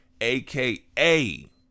aka